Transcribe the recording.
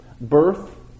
Birth